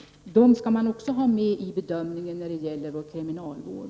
Dem skall man också ha med i bedömningen när det gäller vår kriminalvård.